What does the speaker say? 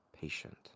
patient